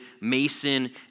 Mason